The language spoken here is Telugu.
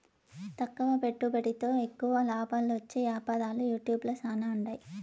తక్కువ పెట్టుబడితో ఎక్కువ లాబాలొచ్చే యాపారాలు యూట్యూబ్ ల శానా ఉండాయి